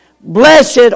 Blessed